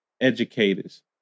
educators